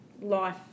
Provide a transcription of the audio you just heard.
life